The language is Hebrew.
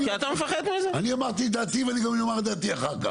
אני אמרתי את דעתי ואני גם אומר את דעתי אחר כך.